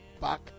back